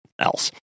else